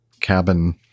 cabin